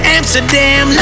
Amsterdam